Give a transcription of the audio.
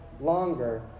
longer